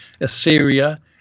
Assyria